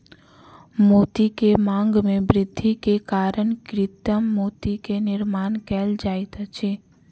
मोती के मांग में वृद्धि के कारण कृत्रिम मोती के निर्माण कयल जाइत अछि